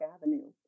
Avenue